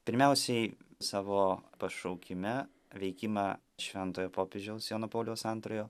pirmiausiai savo pašaukime veikimą šventojo popiežiaus jono pauliaus antrojo